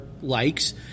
likes